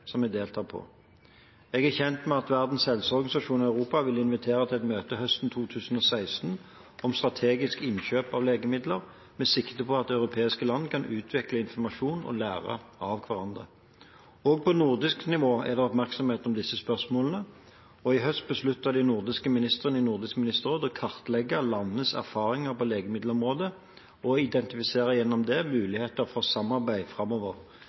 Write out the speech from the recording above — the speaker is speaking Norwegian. som vi deltar i. Jeg er kjent med at WHO Europa vil invitere til et møte høsten 2016 om strategisk innkjøp av legemidler, med sikte på at europeiske land kan utveksle informasjon og lære av hverandre. Også på nordisk nivå er det oppmerksomhet om disse spørsmålene, og i høst besluttet de nordiske ministrene i Nordisk ministerråd å kartlegge landenes erfaringer på legemiddelområdet og gjennom det identifisere muligheter for samarbeid framover.